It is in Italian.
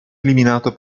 eliminato